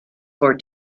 for